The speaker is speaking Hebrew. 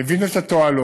מבין את התועלת,